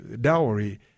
dowry